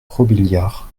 robiliard